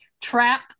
Trap